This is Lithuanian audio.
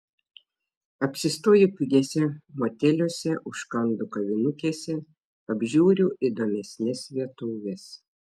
apsistoju pigiuose moteliuose užkandu kavinukėse apžiūriu įdomesnes vietoves